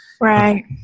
Right